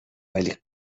ولی